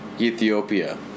Ethiopia